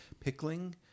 Pickling